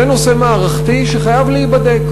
זה נושא מערכתי שחייב להיבדק.